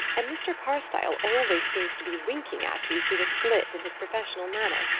and mr. carstyle always seems to be winking at you through a slit in his professional manner.